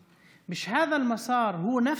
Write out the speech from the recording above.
לא, לא.)